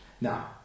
Now